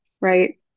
Right